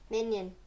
Minion